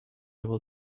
able